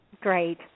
Great